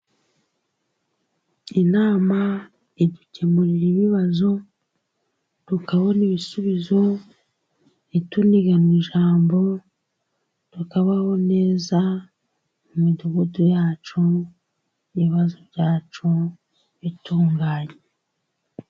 Inama idukemurira ibibazo tukabona ibisubizo , ntituniganwe ijambo, tukabaho neza mu midugudu yacu, ibibazo byacu bitunganye.